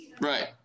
Right